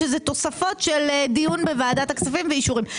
תוספות של דיון בוועדת הכספים ואישורים.